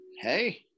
Hey